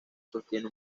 sostiene